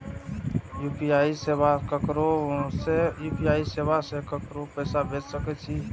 UPI सेवा से ककरो पैसा भेज सके छी?